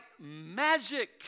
magic